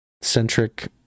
centric